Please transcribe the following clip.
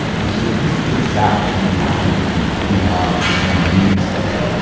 we so easily get distracted from what's happening in our in our communities yeah.